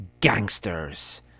gangsters